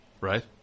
Right